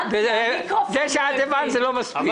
זה שאת הבנת זה לא מספיק.